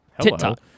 TikTok